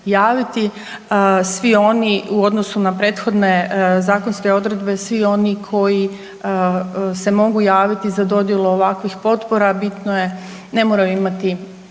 Svi oni u odnosu na prethodne zakonske odredbe svi oni koji se mogu javiti za dodjelu ovakvih potpora bitno je ne moraju imati